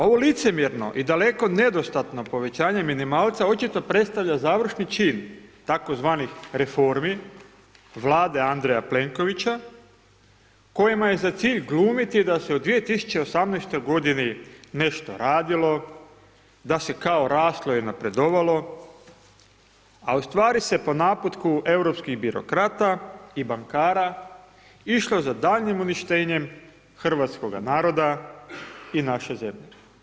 Ovo licemjerno i daleko nedostatno povećanje minimalca očito predstavlja završni čin tzv. reformi Vlade Andreja Plenkovića kojima je za cilj glumiti da se u 2018. godini nešto radilo, da se kao raslo i napredovalo a u stvari se po naputku europskih birokrata i bankara išlo za daljnjim uništenjem hrvatskoga naroda i naše zemlje.